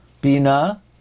Bina